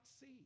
see